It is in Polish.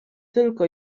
tylko